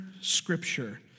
scripture